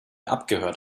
abgehört